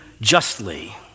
justly